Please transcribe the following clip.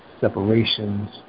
separations